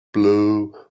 blew